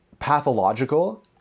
pathological